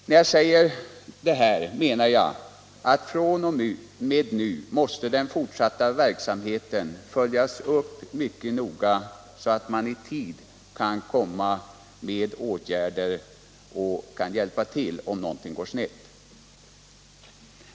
När jag säger detta menar jag att fr.o.m. nu måste den fortsatta verksamheten följas upp mycket noga, så att man i tid kan sätta in åtgärder och hjälpa till om någonting går snett.